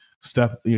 step